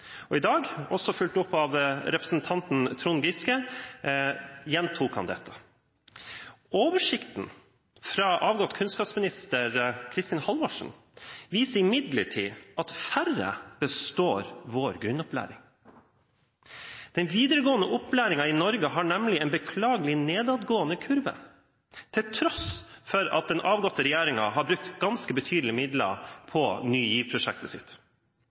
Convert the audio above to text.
I dag – også fulgt opp av representanten Trond Giske – gjentok han dette. Oversikten fra avgått kunnskapsminister, Kristin Halvorsen, viser imidlertid at færre består vår grunnopplæring. Den videregående opplæringen i Norge har nemlig en beklagelig nedadgående kurve – til tross for at den avgåtte regjeringen har brukt ganske betydelige midler på sitt Ny